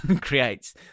creates